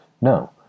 No